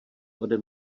ode